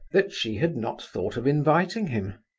that she had not thought of inviting him.